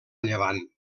llevant